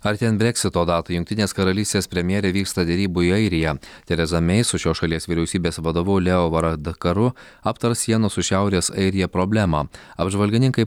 artėjant breksito datai jungtinės karalystės premjerė vyksta derybų į airiją tereza mei su šios šalies vyriausybės vadovu leo varadkaru aptars sienos su šiaurės airija problemą apžvalgininkai